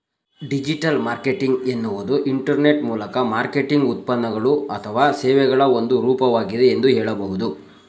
digital marketing ಎನ್ನುವುದು internet ಮೂಲಕ marketing ಉತ್ಪನ್ನಗಳು ಅಥವಾ ಸೇವೆಗಳ ಒಂದು ರೂಪವಾಗಿದೆ ಎಂದು ಹೇಳಬಹುದು